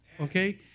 okay